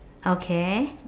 okay